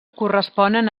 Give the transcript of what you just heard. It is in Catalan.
corresponen